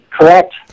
Correct